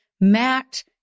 Matt